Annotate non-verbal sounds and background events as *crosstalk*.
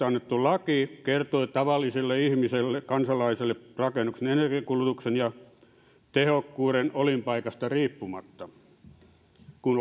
*unintelligible* annettu laki kertoi tavalliselle ihmiselle kansalaiselle rakennuksen energiankulutuksen ja tehokkuuden olinpaikasta riippumatta kun *unintelligible*